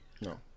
No